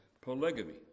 polygamy